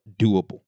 doable